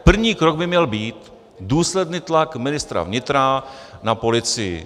První krok by měl být: důsledný tlak ministra vnitra na policii.